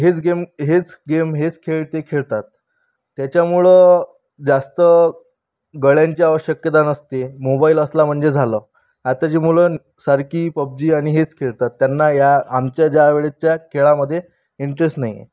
हेच गेम हेच गेम हेच खेळ ते खेळतात त्याच्यामुळं जास्त गड्यांची आवश्यकता नसते मोबाईल असला म्हणजे झालं आत्ताची मुलं सारखी पबजी आणि हेच खेळतात त्यांना ह्या आमच्या ज्या वेळच्या खेळामध्ये इंटरेस नाही आहे